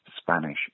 Spanish